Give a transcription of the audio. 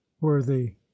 worthy